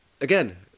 again